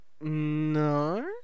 No